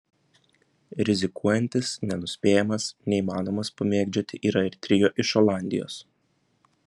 rizikuojantis nenuspėjamas neįmanomas pamėgdžioti yra ir trio iš olandijos